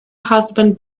husband